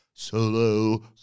Solo